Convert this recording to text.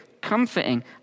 comforting